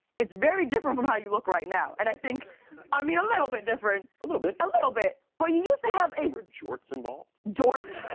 it's very different from how you look right now. and i think i mean, a little bit different. a little bit. a little bit. but you used to have there were jorts involved. jorts.